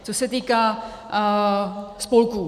Co se týká spolků.